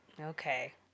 Okay